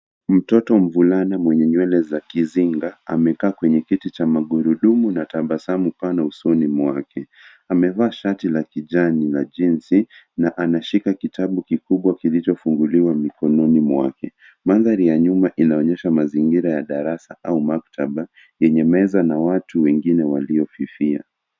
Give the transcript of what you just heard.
Mtoto mvulana mwenye nywele za kizinga amekaa kwenye kiti cha magurudumu na tabasamu pana usoni mwake. Amevaa shaati la kijani na jeans na anashika kitabu kikubwa kilichofunguliwa mikononi mwake. Mandhari ya nyuma inaonyesha mazingira ya darasa au maktaba yenye meza na watu wengine waliofifia.